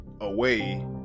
away